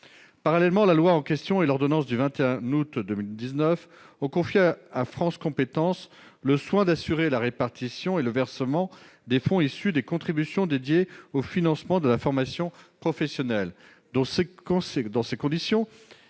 Parallèlement, la loi en question et l'ordonnance du 21 août 2019 ont confié à France compétences le soin d'assurer la répartition et le versement des fonds issus des contributions dédiées au financement de la formation professionnelle. Dans ces conditions,